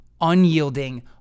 unyielding